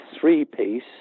three-piece